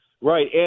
Right